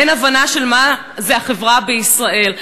אין הבנה של מה זו החברה בישראל.